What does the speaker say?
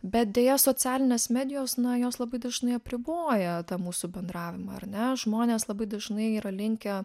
bet deja socialinės medijos na jos labai dažnai apriboja tą mūsų bendravimą ar ne žmonės labai dažnai yra linkę